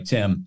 Tim